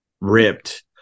ripped